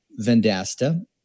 Vendasta